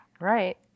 Right